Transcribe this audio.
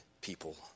people